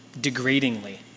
degradingly